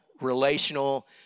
relational